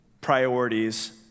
priorities